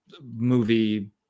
movie